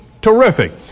terrific